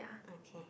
okay